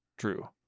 True